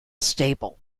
stable